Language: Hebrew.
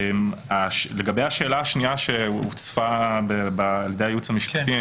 לגבי השאלה השנייה שהוצפה על ידי הייעוץ המשפטי,